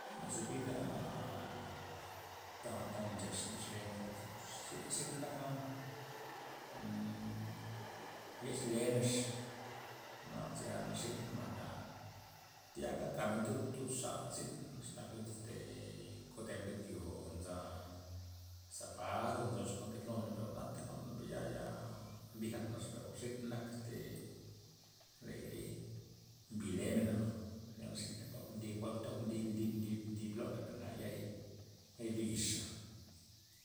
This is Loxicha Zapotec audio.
Na zepita' ta jwa'n ta nchex- nchex lemen par zyn- zyn naka yex lemenx, jwa'na zya naxiney mbay na thiaga kamen tud- tudxa zyn xanak es este kotemen lud yo' kon nza zapata o nzo chokuan nke tenumen per jwa'ntey jwa'n per ya- ya mbij akta per xiney nak ste ley- ley mbi lemena', ya nlirzyn men poja mdib poja mdib- mdib- mdib loney per nea' yai', yai' lo yixza'.